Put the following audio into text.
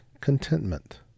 contentment